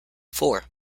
four